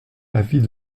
l’avis